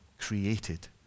created